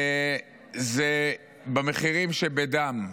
זה במחירים שבדם,